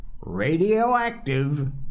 radioactive